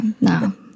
no